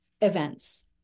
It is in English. events